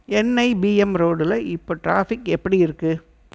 N I B M ரோடில் இப்போ traffic எப்படி இருக்கு